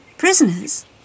Prisoners